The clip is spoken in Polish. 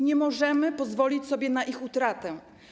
Nie możemy pozwolić sobie na ich utratę.